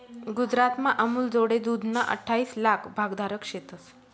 गुजरातमा अमूलजोडे दूधना अठ्ठाईस लाक भागधारक शेतंस